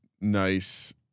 nice